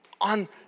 on